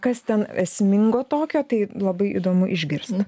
kas ten esmingo tokio tai labai įdomu išgirst